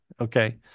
Okay